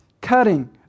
cutting